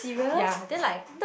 yea then like